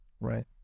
Right